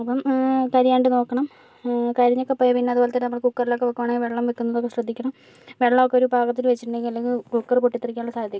അപ്പം കരിയാണ്ട് നോക്കണം കരിഞ്ഞു ഒക്കെ പോയാൽ പിന്നെ അതുപോലെ തന്നെ നമ്മൾ കുക്കറിലൊക്കെ വെക്കുവാണേൽ വെള്ളം വെക്കുന്നത് ഒക്കെ ശ്രദ്ധിക്കണം വെള്ളം ഒക്കെ ഒരു പാകത്തിൽ വെച്ചിട്ടുണ്ടെങ്കിൽ അല്ലെങ്കിൽ കുക്കറ് പൊട്ടിത്തെറിക്കാൻ ഉള്ള സാധ്യത ഒക്കെ